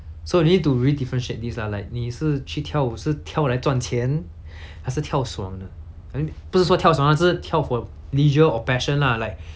so you need to re-differentiate these lah like 你是去跳舞是跳来赚钱还是跳爽的 I mean 不是说跳爽啦就是跳 for leisure or passion lah like